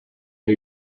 new